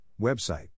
website